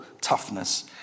toughness